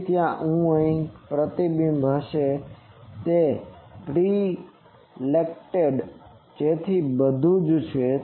તેથી ત્યાં એક પ્રતિબિંબ હશે જે આ પ્રીફ્લેક્ટેડ છે જેથી તે બધુ જ છે